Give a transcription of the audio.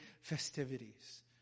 festivities